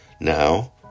now